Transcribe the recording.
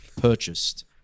purchased